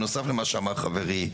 בנוסף למה שאמר חברי,